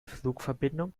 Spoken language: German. flugverbindung